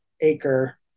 acre